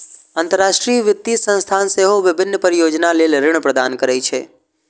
अंतरराष्ट्रीय वित्तीय संस्थान सेहो विभिन्न परियोजना लेल ऋण प्रदान करै छै